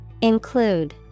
Include